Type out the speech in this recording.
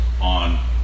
on